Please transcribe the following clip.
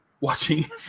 watching